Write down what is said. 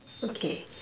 okay